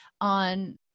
on